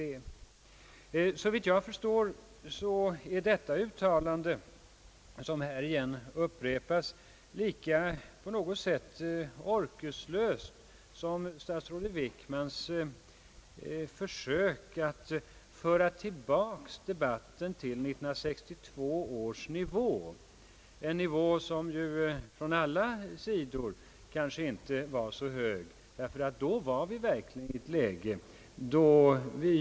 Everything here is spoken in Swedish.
Såvitt jag förstår är handelsministerns uttalande, som här åter upprepas, på något sätt lika orkeslöst som statsrådet Wickmans försök att föra tillbaka debatten till 1962 års nivå.